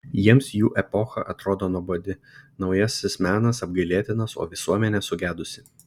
jiems jų epocha atrodo nuobodi naujasis menas apgailėtinas o visuomenė sugedusi